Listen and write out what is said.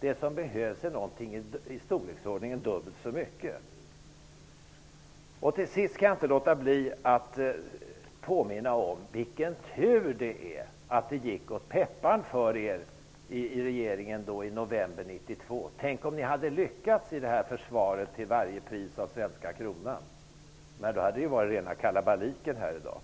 Det som behövs är någonting i storleksordningen dubbelt så mycket. Till sist kan jag inte låta bli att påminna om vilken tur det var att det gick åt pepparn för er i regeringen i november 1992. Tänk om ni hade lyckats med att till varje pris försvara den svenska kronan. Då hade det varit rena kalabaliken här i dag.